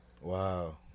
Wow